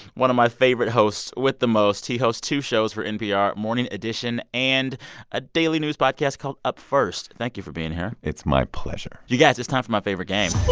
one of my favorite hosts with the most. he hosts two shows for npr morning edition and a daily news podcast called up first. thank you for being here it's my pleasure you guys, it's time from my favorite game